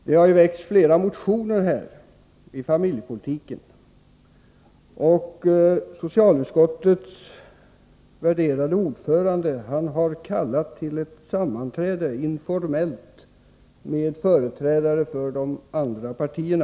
Det har väckts flera motioner på familjepolitikens område, och socialutskottets värderade ordförande har kallat till ett informellt sammanträde med företrädare för de övriga partierna.